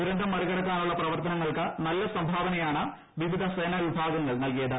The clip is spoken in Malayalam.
ദുരന്തം മറികടക്കാനുള്ള പ്രവർത്തനങ്ങൾക്ക് നല്ല സംഭാവനയാണ് വിവിധ സേനാവിഭാഗങ്ങൾ നൽകിയത്